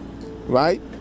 Right